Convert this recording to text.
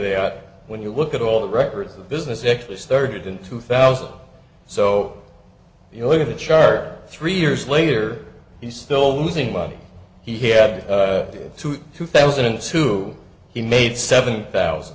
there when you look at all the records of business actually started in two thousand so if you look at the chart three years later he's still losing money he had two thousand and two he made seven thousand